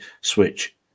switch